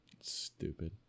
Stupid